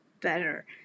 better